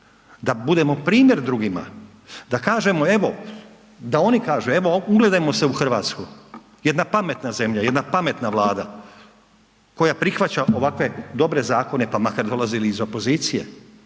da budemo primjer drugima, da kažemo evo da oni kažu evo ugledajmo se u Hrvatsku, jedna pametna zemlja, jedna pametna Vlada koja prihvaća ovakve dobre zakone, pa makar dolazili iz opozicije